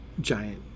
giant